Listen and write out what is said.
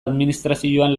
administrazioan